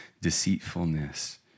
deceitfulness